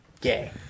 Gay